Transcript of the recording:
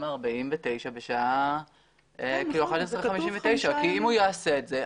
ה-49 בשעה 11:59 כי אם הוא יעשה את זה,